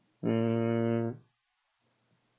mm